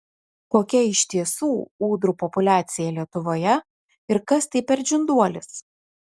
kokia iš tiesų ūdrų populiacija lietuvoje ir kas tai per žinduolis